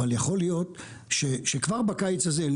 אבל יכול להיות שכבר בקיץ הזה,